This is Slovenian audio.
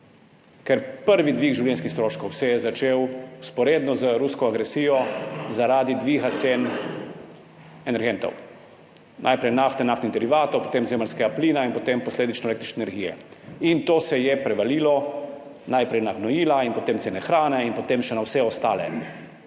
je prvi dvig življenjskih stroškov začel vzporedno z rusko agresijo zaradi dviga cen energentov, najprej nafte, naftnih derivatov, potem zemeljskega plina in potem posledično električne energije. To se je prevalilo naprej na gnojila, potem na cene hrane in potem še na vsa ostala